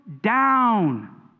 down